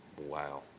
Wow